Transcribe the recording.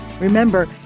Remember